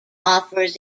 offers